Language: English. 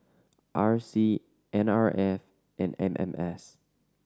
R C N R F and M M S